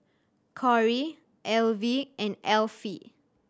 Corrie Alvie and Alfie